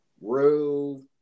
Rue